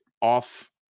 off